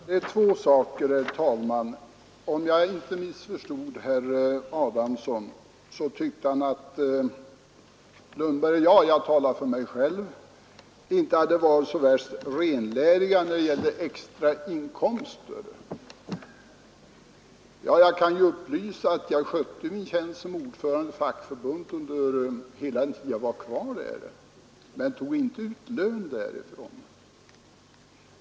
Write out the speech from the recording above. Herr talman! Jag skall ta upp två saker. Om jag inte missförstod herr Adamsson tyckte han att herr Lundberg och jag — jag talar för mig själv — inte hade varit så värst renläriga när det gäller extrainkomster. Jag kan ju omtala att jag skötte min tjänst som ordförande i mitt fackförbund jämsides med riksdagsarbetet men avstod på eget initiativ från lön från förbundet.